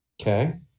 okay